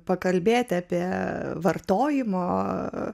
pakalbėti apie vartojimą